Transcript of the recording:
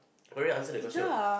query answer that question what